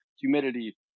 humidity